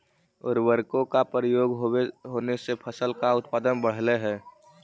उर्वरकों का प्रयोग होने से फसल का उत्पादन बढ़लई हे